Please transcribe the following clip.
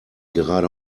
gerade